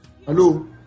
Hello